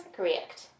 Correct